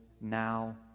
now